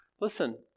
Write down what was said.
listen